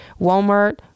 walmart